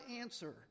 answer